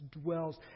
dwells